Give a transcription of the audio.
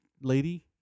lady